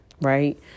right